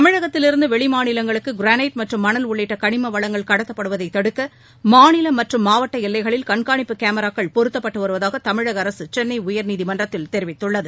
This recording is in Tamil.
தமிழகத்திலிருந்து வெளிமாநிலங்களுக்கு கிராணைட் மற்றும் மணல் உள்ளிட்ட கணிம வளங்கள் கடத்தப்படுவதை தடுக்க மாநில மற்றும் மாவட்ட எல்லைகளில் கண்காணிப்பு கேமராக்கள் பொருத்தப்பட்டு வருவதாக தமிழக அரசு சென்னை உயர்நீதிமன்றத்தில் தெரிவித்துள்ளது